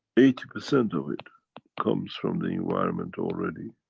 eighty percent of it comes from the environment already.